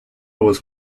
was